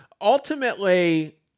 Ultimately